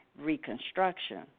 Reconstruction